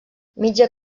mitja